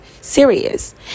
serious